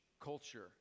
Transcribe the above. culture